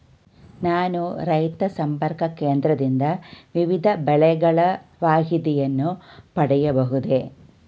ನಾನು ರೈತ ಸಂಪರ್ಕ ಕೇಂದ್ರದಿಂದ ವಿವಿಧ ಬೆಳೆಗಳ ಮಾಹಿತಿಯನ್ನು ಪಡೆಯಬಹುದೇ?